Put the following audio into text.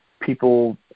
people